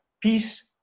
peace